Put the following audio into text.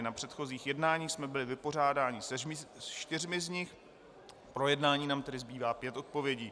Na předchozích jednáních jsme byli vypořádáni se čtyřmi z nich, k projednání nám tedy zbývá pět odpovědí.